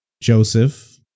Joseph